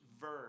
verb